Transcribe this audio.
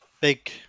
big